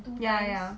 ya ya